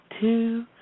Two